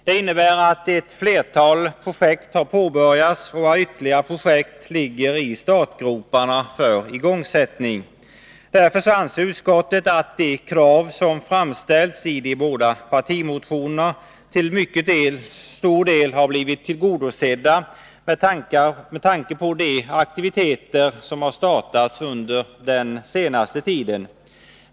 Det innebär att flera projekt har påbörjats och att ytterligare projekt ligger i startgroparna för igångsättning. Därför anser utskottet att de krav som framställts i de båda partimotionerna till mycket stor del har blivit tillgodosedda, med tanke på de aktiviteter som har startats under den senaste tiden.